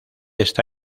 está